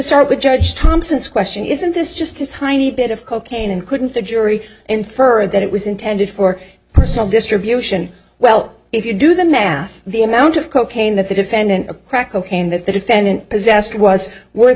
start with judge thompson's question isn't this just a tiny bit of cocaine and couldn't the jury infer that it was intended for personal distribution well if you do the math the amount of cocaine that the defendant of crack cocaine that the defendant possessed was worth